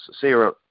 Sarah